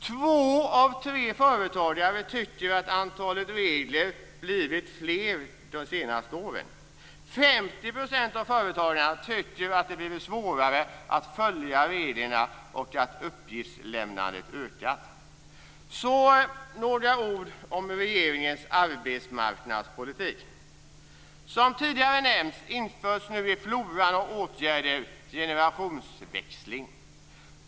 Två av tre företagare tycker att antalet regler har blivit fler de senaste åren. 50 % av företagarna tycker att det har blivit svårare att följa reglerna och att uppgiftslämnandet har ökat. Så några ord om regeringens arbetsmarknadspolitik. Som tidigare har nämnts införs nu i floran av åtgärder generationsväxling.